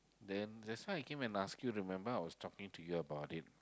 then that's why I came to ask you remember I was talking to you about it